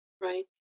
Right